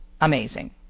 amazing